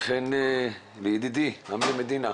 וכן לידידי, אמיר מדינה,